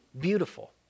beautiful